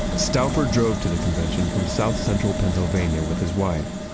stalfour drove to the convention from south central pennsylvania with his wife,